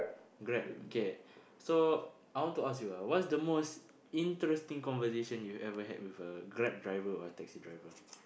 Grab okay so I want to ask you ah what's the most interesting conversation you ever had with a Grab driver or taxi driver